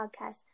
podcast